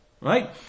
right